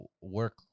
work